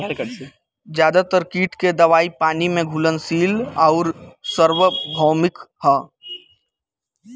ज्यादातर कीट के दवाई पानी में घुलनशील आउर सार्वभौमिक ह?